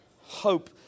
hope